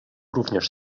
również